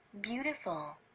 beautiful